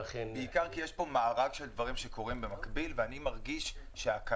בעיקר כי יש כאן מארג של דברים שקורים במקביל ואני מרגיש שההקלות,